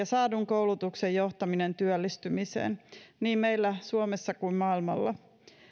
saadun koulutuksen johtaminen työllistymiseen niin meillä suomessa kuin maailmalla